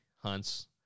hunts